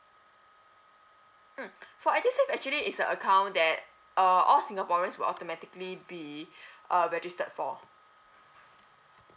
mm for edusave actually is a account that uh all singaporeans will automatically be uh registered for